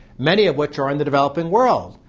many of which are in the developing world.